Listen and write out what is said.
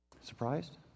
Surprised